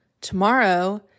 Tomorrow